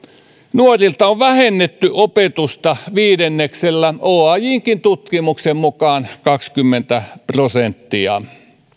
nuorilta on vähennetty opetusta viidenneksellä oajnkin tutkimuksen mukaan kaksikymmentä prosenttia